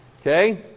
Okay